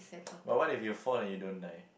but what if you fall and you don't die